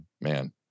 man